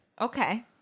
Okay